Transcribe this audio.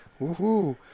Woohoo